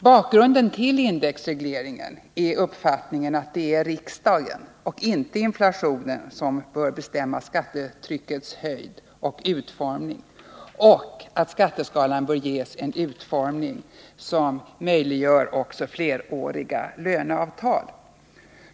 Indexregleringen har sin grund i uppfattningen att det är riksdagen och inte inflationen som bör bestämma skattetryckets höjd och utformning samt att skatteskalan bör ges en utformning som möjliggör också fleråriga löneavtal.